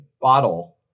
bottle